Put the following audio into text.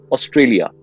Australia